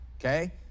Okay